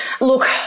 Look